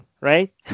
right